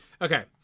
Okay